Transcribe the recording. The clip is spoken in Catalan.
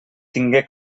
tingué